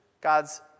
God's